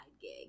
gig